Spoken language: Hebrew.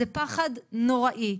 זה פחד נוראי.